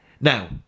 Now